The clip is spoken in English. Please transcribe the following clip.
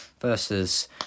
versus